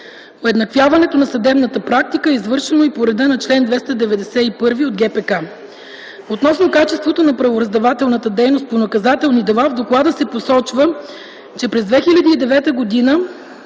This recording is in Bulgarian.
Уеднаквяване на съдебната практика е било извършвано и по реда на чл. 291 от ГПК. Относно качеството на правораздавателната дейност по наказателни дела в доклада се посочва, че през 2009 г.